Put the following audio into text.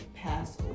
pass